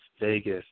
Vegas